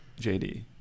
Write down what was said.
JD